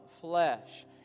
flesh